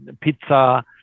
pizza